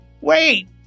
Wait